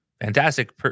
fantastic